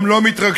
הם לא מתרגשים.